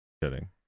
Kidding